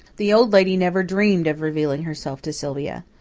the old lady never dreamed of revealing herself to sylvia.